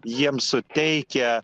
jiems suteikia